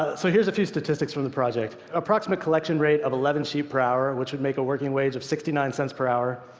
so here's a few statistics from the project. approximate collection rate of eleven sheep per hour, which would make a working wage of sixty nine cents per hour.